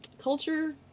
culture